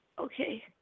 Okay